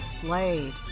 Slade